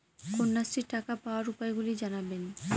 কন্যাশ্রীর টাকা পাওয়ার উপায়গুলি জানাবেন?